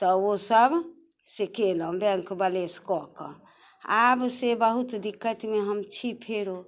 तऽ ओसभ से केलहुँ बैंक बैलेंस कऽ कऽ आब से बहुत दिक्कतमे हम छी फेरो